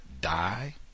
die